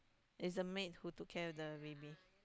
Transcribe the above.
it's the maid who took care of the baby